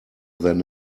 than